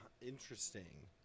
Interesting